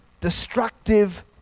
destructive